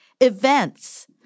events